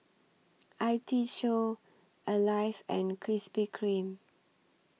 I T Show Alive and Krispy Kreme